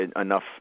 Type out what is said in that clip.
enough